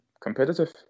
competitive